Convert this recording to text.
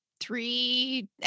three